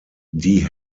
die